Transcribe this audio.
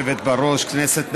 גברתי היושבת בראש, כנסת נכבדה,